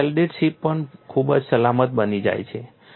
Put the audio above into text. પછી welded ships પણ ખૂબ જ સલામત બની જાય છે